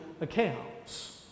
accounts